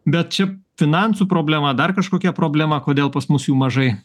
bet čia finansų problema dar kažkokia problema kodėl pas mus jų mažai